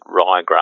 ryegrass